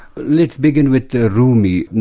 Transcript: let's begin with the rumi.